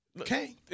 Okay